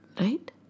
right